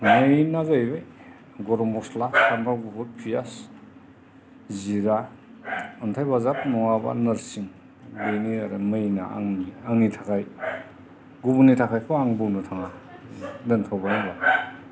मेइना जाहैबाय गरम मस्ला सामब्राम गुफुर फियास जिरा अन्थाइ बाजाब नङाबा नोरसिं बेनो आरो मेइना आंनि आंनि थाखाय गुबुननि थाखायखौ आं बुंनो थाङा दोनथ'बाय होनबा